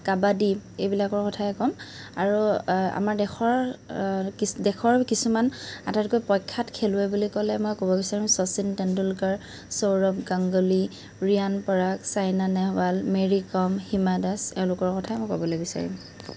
কাবাডী এইবিলাকৰ কথাই কম আৰু আমাৰ দেশৰ দেশৰ কিছুমান আটাইতকৈ প্ৰখ্যাত খেলুৱৈ বুলি ক'লে মই ক'ব বিচাৰো শচীন টেণ্ডলকাৰ সৌৰভ গাংগুলী ৰিয়ান পৰাগ চাইনা নেহৱাল মেৰী কম হিমা দাস এওলোকৰ কথাই মই ক'বলৈ বিচাৰিম